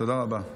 תודה רבה.